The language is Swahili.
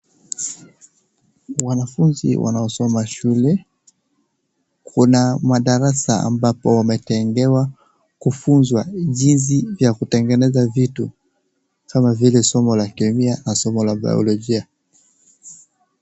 Wanafunzi wanaosoma shule, kuna madarasa ambapo wametengewa kufunzwa jinsi ya kutengeneza vitu kama vile somo la Kemia na somo la Bayolojia.